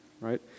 right